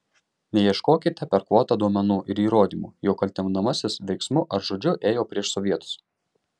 neieškokite per kvotą duomenų ir įrodymų jog kaltinamasis veiksmu ar žodžiu ėjo prieš sovietus